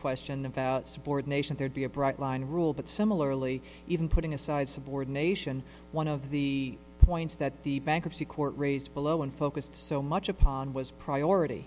question of subordination there'd be a bright line rule but similarly even putting aside subordination one of the points that the bankruptcy court raised below and focused so much upon was priority